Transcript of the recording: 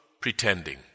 pretending